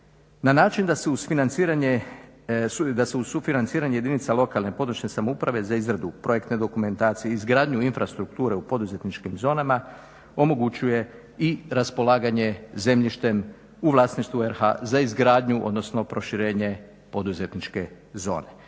na način da se uz sufinanciranje jedinica lokalne, područne samouprave za izradu projektne dokumentacije, izgradnju infrastrukture u poduzetničkim zonama omogućuje i raspolaganje zemljištem u vlasništvu RH za izgradnju, odnosno proširenje poduzetničke zone.